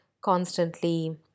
constantly